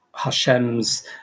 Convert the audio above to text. Hashem's